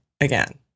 again